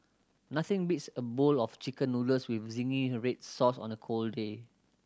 nothing beats a bowl of Chicken Noodles with zingy red sauce on a cold day